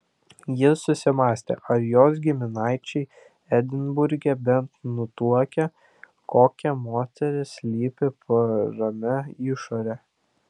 jis susimąstė ar jos giminaičiai edinburge bent nutuokia kokia moteris slypi po ramia išore